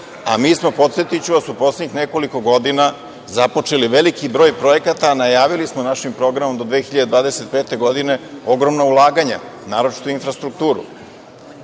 A mi smo, podsetiću vas, u poslednjih nekoliko godina započeli veliki broj projekata, a najavili smo našim programom do 2025. godine ogromna ulaganja, naročito u infrastrukturu.